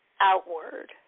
outward